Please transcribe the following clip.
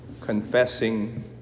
confessing